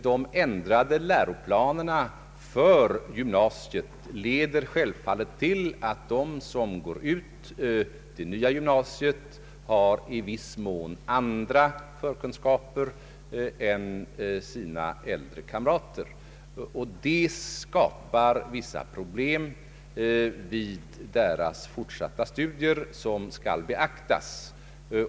De ändrade läroplanerna för gymnasiet leder självfallet till att de som går ut det nya gymnasiet har i viss mån andra förkunskaper än sina äldre kamrater, och det skapar vid deras fortsatta studier vissa problem som skall beaktas.